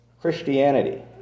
Christianity